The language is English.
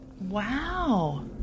Wow